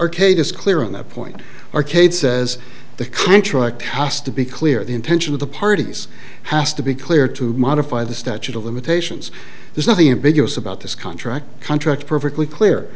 arcade is clear on that point arcade says the contract has to be clear the intention of the parties has to be clear to modify the statute of limitations there's nothing ambiguous about this contract contract perfectly clear